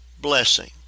blessing